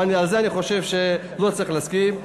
אבל על זה אני חושב שלא צריך להסכים.